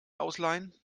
ausleihen